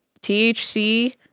THC